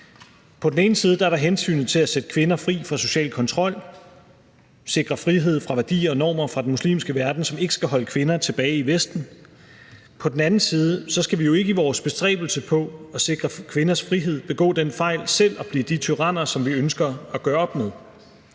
På den ene side er der hensynet til at sætte kvinder fri fra social kontrol, sikre frihed fra værdier og normer fra den muslimske verden, som ikke skal holde kvinder tilbage i Vesten. På den anden side skal vi jo ikke i vores bestræbelse på at sikre kvinders frihed begå den fejl selv at blive de tyranner, som vi ønsker at gøre op med.